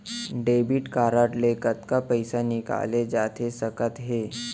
Debit card ले कतका पइसा निकाले जाथे सकत हे?